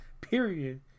period